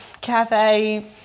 cafe